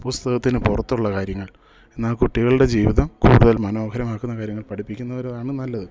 പുസ്തകത്തിനു പുറത്തുള്ള കാര്യങ്ങൾ എന്നാൽ കുട്ടികളുടെ ജീവിതം കൂടുതൽ മനോഹരമാക്കുന്ന കാര്യങ്ങൾ പഠിപ്പിക്കുന്നവരുമാണ് നല്ലത്